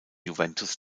juventus